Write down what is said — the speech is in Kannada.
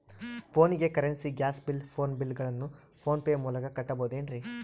ಫೋನಿಗೆ currency, gas bill, phone bill ಗಳನ್ನು ಫೋನ್ ಪೇ ಮೂಲಕ ಕಟ್ಟಬಹುದೇನ್ರಿ?